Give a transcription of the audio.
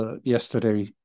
yesterday